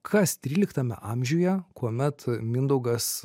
kas tryliktame amžiuje kuomet mindaugas